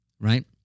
right